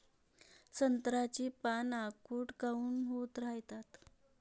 संत्र्याची पान आखूड काऊन होत रायतात?